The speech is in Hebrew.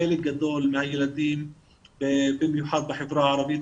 חלק גדול מהילדים במיוחד בחברה הערבית,